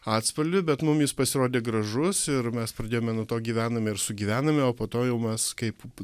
atspalvį bet mum jis pasirodė gražus ir mes pradėjome nuo to gyvename ir sugyvename o po to jau mes kaip